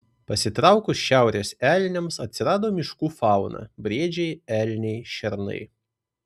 pasitraukus šiaurės elniams atsirado miškų fauna briedžiai elniai šernai